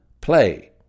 play